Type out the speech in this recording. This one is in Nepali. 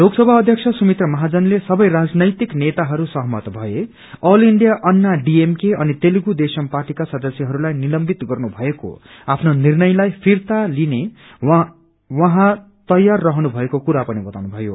लोकसभा अध्यक्षा सुमित्रा महाजनले सबै राजनैतिक नेताहरू सहमत भए औंत इण्डिया अन्ना डीएमके अनि तेलुगू देशम पार्टीका सदस्यहस्लाई निलम्बित गर्नु भएको आफ्नो निर्णयलाई फिर्ता लिन उहाँ तयार रहनु भएको कुरो पनि बताउ भयो